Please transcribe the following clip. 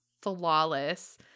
flawless